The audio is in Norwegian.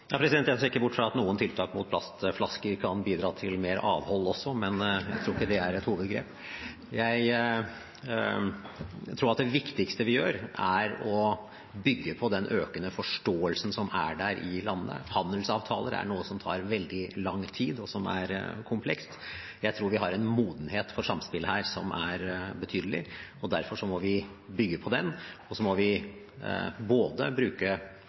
Jeg ser ikke bort fra at noen tiltak mot plastflasker kan bidra til mer avhold også, uten at det er et hovedgrep! Jeg tror at det viktigste vi gjør, er å bygge på den økende forståelsen som er der i landene. Handelsavtaler er noe som tar veldig lang tid, og som er komplekst. Jeg tror vi har en modenhet for samspill her som er betydelig, og derfor må vi bygge på den, og så må vi bruke